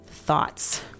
thoughts